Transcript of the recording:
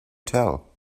tell